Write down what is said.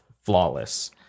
flawless